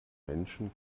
menschen